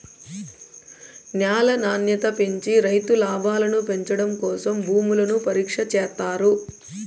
న్యాల నాణ్యత పెంచి రైతు లాభాలను పెంచడం కోసం భూములను పరీక్ష చేత్తారు